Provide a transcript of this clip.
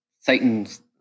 Satan's